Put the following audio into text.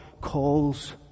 calls